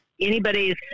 anybody's –